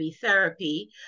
therapy